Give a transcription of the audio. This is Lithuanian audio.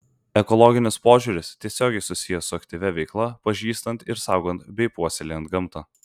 ekologinis požiūris tiesiogiai susijęs su aktyvia veikla pažįstant ir saugant bei puoselėjant gamtą